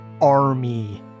army